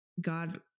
God